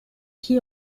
qui